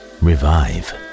revive